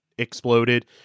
exploded